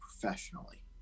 professionally